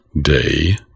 day